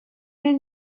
mynd